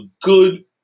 good